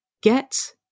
get